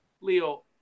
Leo